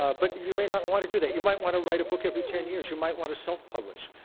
ah but you may not and want to do that. you might want to write a book every ten years. you might want to self-publish.